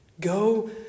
Go